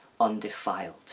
undefiled